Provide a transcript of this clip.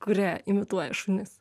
kurie imituoja šunis